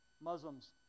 Muslims